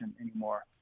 anymore